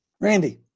Randy